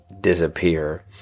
disappear